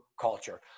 culture